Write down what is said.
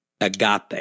agape